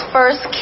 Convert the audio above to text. First